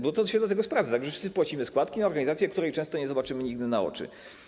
Bo to do tego się sprowadza, że wszyscy płacimy składki na organizację, której często nie zobaczymy nigdy na oczy.